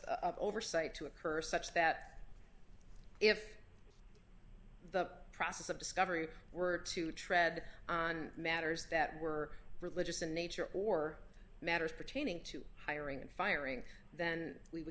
of oversight to occur such that if the process of discovery were to tread on matters that were religious in nature or matters pertaining to hiring and firing then we would